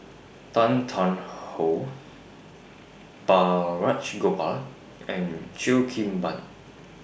Tan Tarn How Balraj Gopal and Cheo Kim Ban